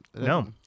No